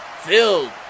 filled